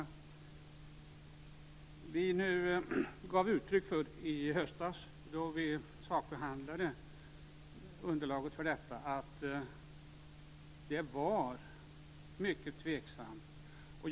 Då vi sakbehandlade underlaget för detta i höstas gav vi uttryck för att det var mycket som var tveksamt.